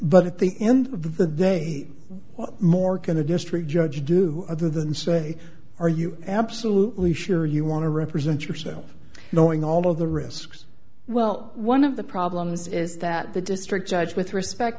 but at the end of the day what more can the district judge do other than say are you absolutely sure you want to represent yourself knowing all of the risks well one of the problems is that the district judge with respect